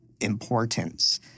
importance